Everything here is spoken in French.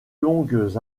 longues